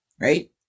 right